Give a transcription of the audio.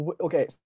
okay